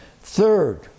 Third